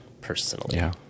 personally